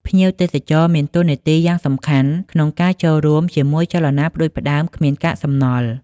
ភ្ញៀវទេសចរមានតួនាទីយ៉ាងសំខាន់ក្នុងការចូលរួមជាមួយចលនាផ្តួចផ្តើមគ្មានកាកសំណល់។